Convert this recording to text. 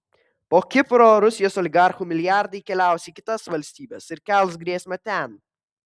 po kipro rusijos oligarchų milijardai keliaus į kitas valstybes ir kels grėsmę ten